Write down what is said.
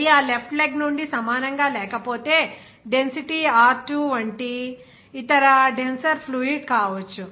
అది ఆ left leg నుండి సమానంగా లేకపోతే డెన్సిటీ r2 వంటి ఇతర డెన్సర్ ఫ్లూయిడ్ కావచ్చు